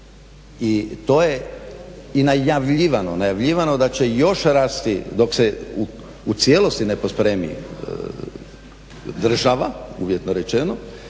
I to je najavljivano, najavljivano da će još rasti dok se u cijelosti ne pospremi država uvjetno rečeno,